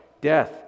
death